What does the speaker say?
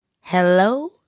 Hello